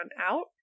out